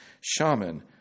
shaman